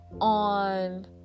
on